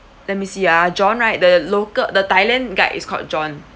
let me see ah john right the local the thailand guy is called john